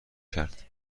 کرد